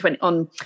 on